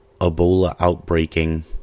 Ebola-outbreaking